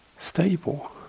stable